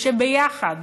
ושביחד,